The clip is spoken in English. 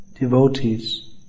devotees